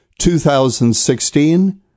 2016